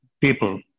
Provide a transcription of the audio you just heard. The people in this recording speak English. people